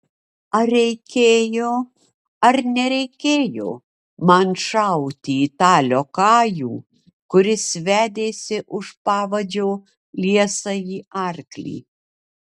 ar reikėjo ar nereikėjo man šauti į tą liokajų kuris vedėsi už pavadžio liesąjį arklį